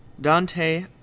Dante